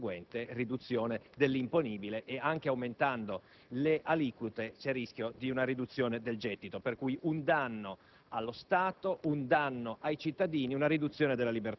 manovra abbiamo sicuramente un ampio aumento delle aliquote e delle imposte, quanto al gettito vedremo i risultati: sicuramente ci saranno coloro che pagheranno